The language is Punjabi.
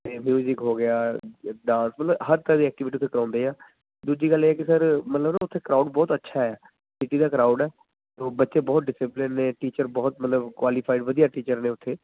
ਅਤੇ ਮਿਊਜ਼ਕ ਹੋ ਗਿਆ ਡਾਂਸ ਮਤਲਬ ਹਰ ਤਰ੍ਹਾਂ ਦੀ ਐਕਟੀਵਿਟੀ ਉੱਥੇ ਕਰਾਉਂਦੇ ਆ ਦੂਜੀ ਗੱਲ ਇਹ ਕਿ ਸਰ ਮਤਲਬ ਨਾ ਉੱਥੇ ਕਰਾਊਡ ਬਹੁਤ ਅੱਛਾ ਹੈ ਸਿਟੀ ਦਾ ਕਰਾਊਡ ਹੈ ਤੋ ਬੱਚੇ ਬਹੁਤ ਡਿਸਿਪਲਨ ਨੇ ਟੀਚਰ ਬਹੁਤ ਮਤਲਬ ਕੁਆਲੀਫਾਈ ਵਧੀਆ ਟੀਚਰ ਨੇ ਉੱਥੇ